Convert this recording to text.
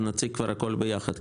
אני מציע שנציג הכול ביחד.